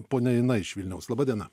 ponia ina iš vilniaus laba diena